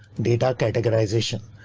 data categorization,